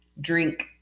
drink